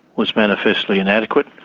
was manifestly inadequate.